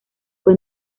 fue